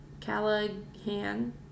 Callahan